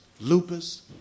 lupus